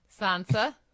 Sansa